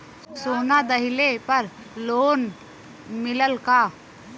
सोना दहिले पर लोन मिलल का?